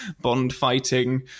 Bond-fighting